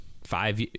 five